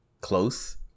close